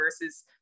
versus